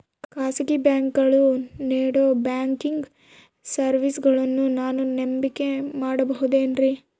ಖಾಸಗಿ ಬ್ಯಾಂಕುಗಳು ನೇಡೋ ಬ್ಯಾಂಕಿಗ್ ಸರ್ವೇಸಗಳನ್ನು ನಾನು ನಂಬಿಕೆ ಮಾಡಬಹುದೇನ್ರಿ?